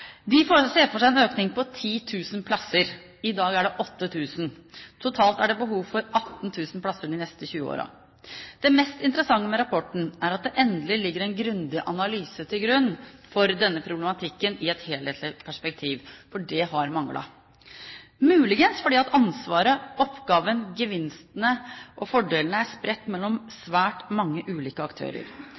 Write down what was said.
De ser for seg en økning på 10 000 plasser. I dag er det 8 000. Totalt er det behov for 18 000 plasser de neste 20 årene. Det mest interessante med rapporten er at det endelig ligger en grundig analyse til grunn for denne problematikken i et helhetlig perspektiv. Det har manglet, muligens fordi ansvaret, oppgaven, gevinstene og fordelene er spredt mellom svært mange ulike aktører.